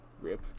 RIP